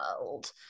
world